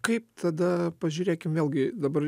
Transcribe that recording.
kaip tada pažiūrėkim vėlgi dabar